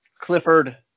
Clifford